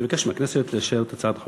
אני מבקש מהכנסת לאשר בקריאה ראשונה.